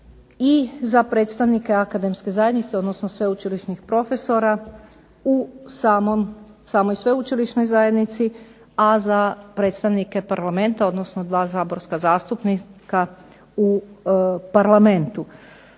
i za predstavnike akademske zajednice, odnosno sveučilišnih profesora u samoj sveučilišnoj zajednici, a za predstavnike parlamenta odnosno dva saborska zastupnika u parlamentu.